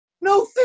No